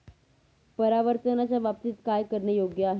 परावर्तनाच्या बाबतीत काय करणे योग्य आहे